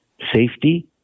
Safety